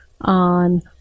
on